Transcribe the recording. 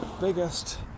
biggest